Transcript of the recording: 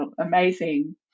amazing